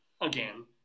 again